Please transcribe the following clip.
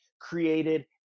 created